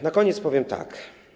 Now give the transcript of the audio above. Na koniec powiem tak.